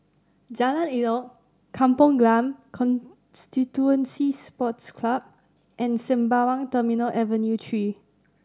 Jalan Elok Kampong Glam Constituency Sports Club and Sembawang Terminal Avenue Three